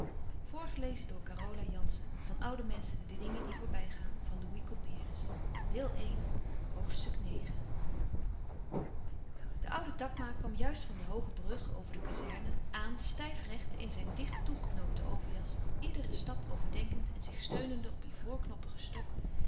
van oude menschen de dingen die voorbij gaan de oude takma kwam juist van de hooge brug over de kazerne aan stijfrecht in zijn dicht toegeknoopte overjas iederen stap overdenkend en zich steunende op ivoorknoppigen stok